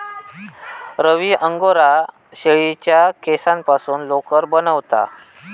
रवी Angora शेळीच्या केसांपासून लोकर बनवता